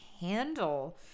handle